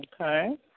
Okay